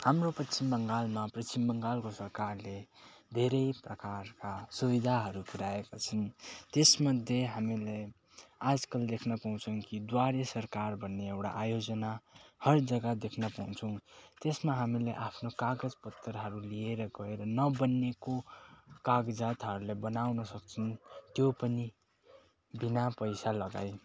हाम्रो पश्चिम बङ्गालमा पश्चिम बङ्गालको सरकारले धेरै प्रकारका सुविधाहरू पुर्याएका छन् त्यसमध्ये हामीले आजकल देख्न पाउँछौँ कि द्वारे सरकार भन्ने एउटा आयोजना हर जग्गा देख्न पाउँछौँ त्यसमा हामीले आफ्नो कागज पत्रहरू लिएर गएर नबनिएको कागजातहरूलाई बनाउन सक्छौँ त्यो पनि बिना पैसा लगाई